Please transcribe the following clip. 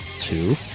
Two